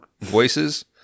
voices